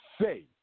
say